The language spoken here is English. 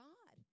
God